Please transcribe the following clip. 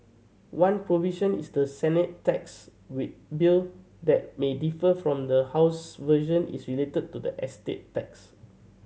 one provision is the Senate tax we bill that may differ from the House version is related to the estate tax